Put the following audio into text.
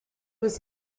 was